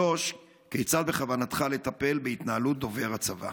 3. כיצד בכוונתך לטפל בהתנהלות דובר הצבא?